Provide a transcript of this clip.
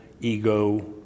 ego